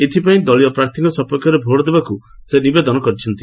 ଏଥିପାଇଁ ଦଳୀୟ ପ୍ରାର୍ଥୀଙ୍କ ସପକ୍ଷରେ ଭୋଟ୍ ଦେବାକୁ ସେ ନିବେଦନ କରିଛନ୍ତି